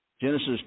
Genesis